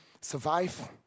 survive